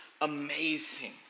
amazing